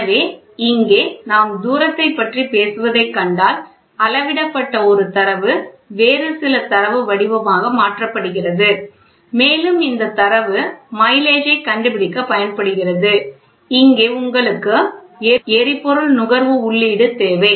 எனவே இங்கே நாம் தூரத்தைப் பற்றி பேசுவதைக் கண்டால் அளவிடப்பட்ட ஒரு தரவு வேறு சில தரவு வடிவமாக மாற்றப்படுகிறது மேலும் இந்த தரவு மைலேஜைக் கண்டுபிடிக்கப் பயன்படுகிறது இங்கே உங்களுக்கு எரிபொருள் நுகர்வு உள்ளீடு தேவை